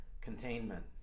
Containment